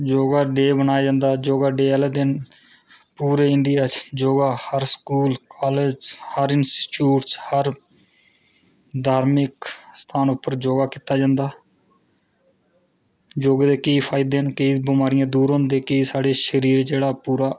yoga day बनाया जंदा yoga day आह्ले दिन पूरे इंडिया च योगा हर स्कूल हर कॉलेज़ च हर इंस्टीयट्यूट च धार्मिक स्थान पर योगा कीता जंदा योगा दे केईं फा दे न केईं बमारियां दूर होंदे केईं साढ़ा जेह्ड़ा